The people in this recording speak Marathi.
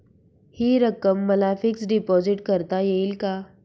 हि रक्कम मला फिक्स डिपॉझिट करता येईल का?